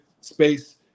space